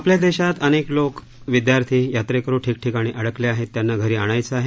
आपल्या देशात अनेक लोक विदयार्थी यात्रेकरू ठिकठिकाणी अडकले आहेत त्यांना घरी आणायंच आहे